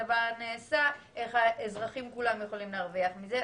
הדבר נעשה האזרחים כולם יוכלו להרוויח מזה.